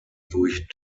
durch